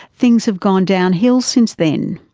things have gone downhill since then.